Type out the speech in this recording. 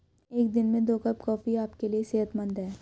एक दिन में दो कप कॉफी आपके लिए सेहतमंद है